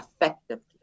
effectively